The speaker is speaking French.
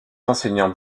enseignants